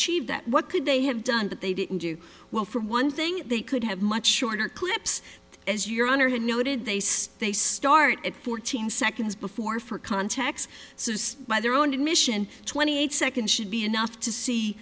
cheated that what could they have done that they didn't do well for one thing they could have much shorter clips as your honor had noted they stay start at fourteen seconds before for contacts so just by their own admission twenty eight seconds should be enough to see